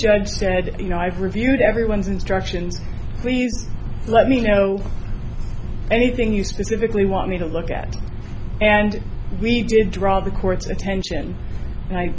judge said you know i've reviewed everyone's instructions please let me know anything you specifically want me to look at and we did draw the court's attention